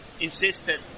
insisted